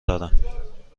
دارم